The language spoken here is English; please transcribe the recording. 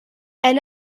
and